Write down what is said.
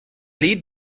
lead